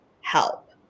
help